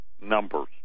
numbers